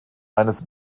eines